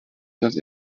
das